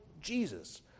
Jesus